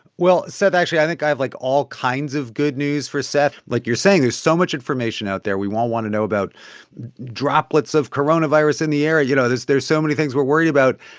well, seth, actually i think i have, like, all kinds of good news for seth. like you're saying, there's so much information out there. we all want to know about droplets of coronavirus in the air. you know, there's there's so many things we're worried about.